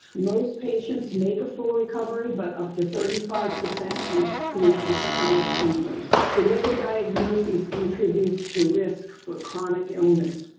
most patients make a full recovery but up to thirty five percent can experience chronic symptoms. delayed diagnosis contributes to risk for chronic illness.